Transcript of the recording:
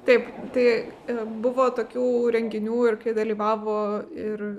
taip tai buvo tokių renginių ir dalyvavo ir